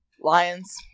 Lions